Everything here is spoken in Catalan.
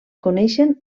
coneixen